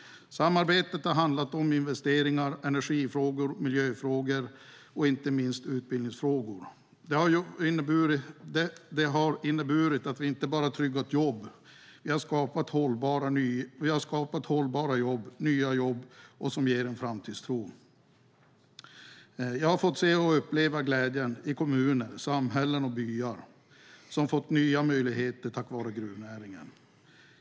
Samarbetet har handlat om investeringar, energifrågor, miljöfrågor och inte minst utbildningsfrågor. Det har inneburit att vi inte bara tryggat jobb utan även skapat hållbara och nya jobb som ger en framtidstro. Jag har fått se och uppleva glädjen i kommuner, samhällen och byar som fått nya möjligheter tack vare gruvnäringen.